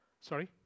Sorry